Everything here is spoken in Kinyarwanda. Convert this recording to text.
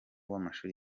w’amashuri